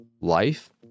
life